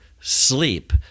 sleep